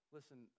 Listen